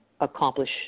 accomplish